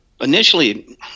Initially